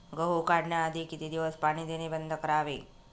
गहू काढण्याआधी किती दिवस पाणी देणे बंद करावे?